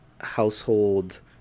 household